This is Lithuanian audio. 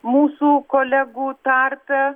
mūsų kolegų tarpe